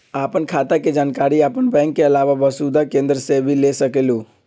आपन खाता के जानकारी आपन बैंक के आलावा वसुधा केन्द्र से भी ले सकेलु?